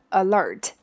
alert